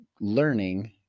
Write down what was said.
learning